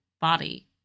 body